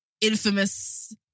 infamous